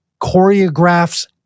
choreographs